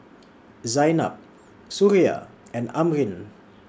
Zaynab Suria and Amrin